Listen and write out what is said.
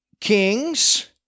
kings